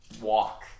walk